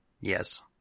Yes